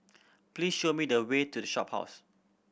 please show me the way to The Shophouse